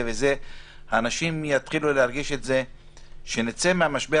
האנשים יתחילו להרגיש את זה כשנצא מהמשבר.